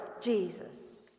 Jesus